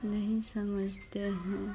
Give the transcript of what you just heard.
नहीं समझते हैं